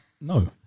no